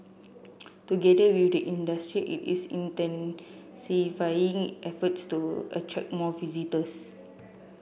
together with the industry it is intensifying efforts to attract more visitors